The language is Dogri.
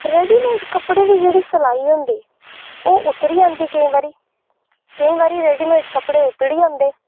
रेडीमेड कपड़े दी जेह्ड़ी सिलाई होंदी ओह् उतरी जंदी केईं बारी केईं बारी रेडीमेड कपड़े उतरी जंदे